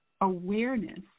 awareness